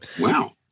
Wow